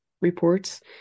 reports